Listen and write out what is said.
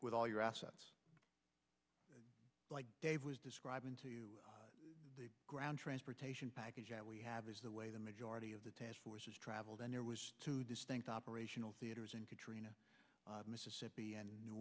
with all your assets like dave was describing to the ground transportation package that we have is the way the majority of the task force has traveled and there was two distinct operational theaters in katrina mississippi and new